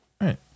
Right